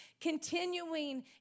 continuing